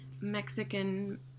Mexican